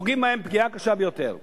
פוגעים בהם פגיעה קשה ביותר.